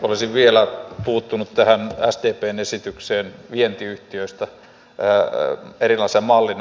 olisin vielä puuttunut tähän sdpn esitykseen vientiyhtiöistä eräänlaisena mallina